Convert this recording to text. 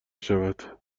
بشود